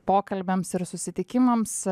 pokalbiams ir susitikimams